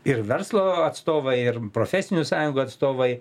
ir verslo atstovai ir profesinių sąjungų atstovai